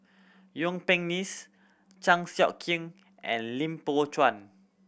Yuen Peng Neice Chan Sek Keong and Lim Poh Chuan